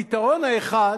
הפתרון האחד,